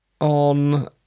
on